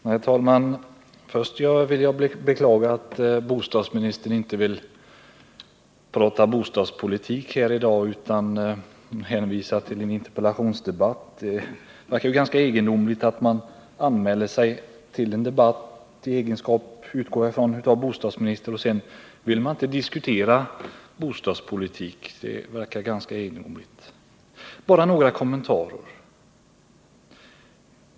Herr talman! Först vill jag beklaga att bostadsministern inte vill prata bostadspolitik i dag utan hänvisar till en interpellationsdebatt. Det verkar ganska egendomligt att man anmäler sig till en debatt i egenskap av bostadsminister — det utgår jag ifrån — och sedan inte vill diskutera" Jag skall bara göra några kommentarer.